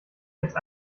jetzt